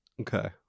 Okay